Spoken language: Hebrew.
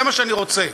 זה מה שאני רוצה,